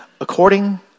according